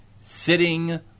sitting